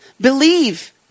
Believe